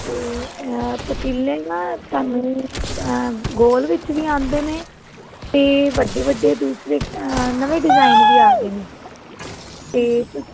ਅਤੇ ਪਤੀਲੇ ਨਾ ਤੁਹਾਨੂੰ ਗੋਲ ਵਿੱਚ ਵੀ ਆਉਂਦੇ ਨੇ ਅਤੇ ਵੱਡੇ ਵੱਡੇ ਦੂਸਰੇ ਨਵੇਂ ਡਿਜ਼ਾਇਨ ਵੀ ਆ ਗਏ ਨੇ ਅਤੇ ਤੁਸੀਂ